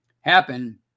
happen